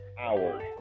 hours